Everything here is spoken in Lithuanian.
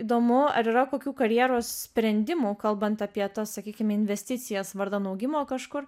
įdomu ar yra kokių karjeros sprendimų kalbant apie tas sakykime investicijas vardan augimo kažkur